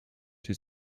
czy